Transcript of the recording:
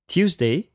Tuesday